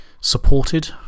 supported